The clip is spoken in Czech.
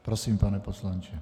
Prosím, pane poslanče.